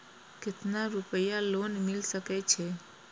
केतना रूपया लोन मिल सके छै?